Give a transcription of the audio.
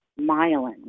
myelin